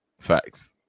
Facts